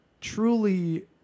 truly